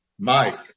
Mike